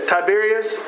Tiberius